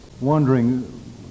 wondering